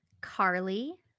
Carly